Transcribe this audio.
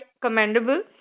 commendable